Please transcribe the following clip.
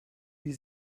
wie